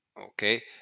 okay